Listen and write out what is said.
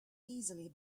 easily